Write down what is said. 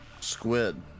squid